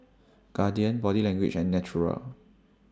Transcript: Guardian Body Language and Naturel